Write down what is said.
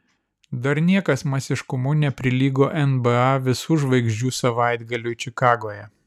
dar niekas masiškumu neprilygo nba visų žvaigždžių savaitgaliui čikagoje